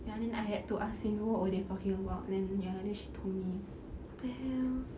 ya then I had to ask xin ru what they talking about then ya then she told me what the hell